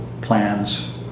plans